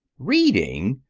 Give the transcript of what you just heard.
reading!